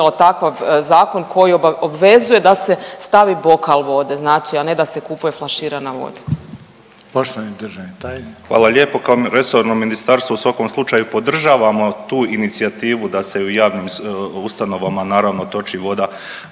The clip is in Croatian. donijelo takav zakon koji obvezuje da se stavi bokal vode, znači a ne da se kupuje flaširana voda.